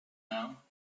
now